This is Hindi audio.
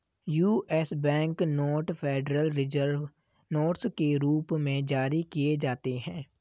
US bank note federal reserve notes के रूप में जारी किए जाते हैं